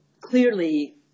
clearly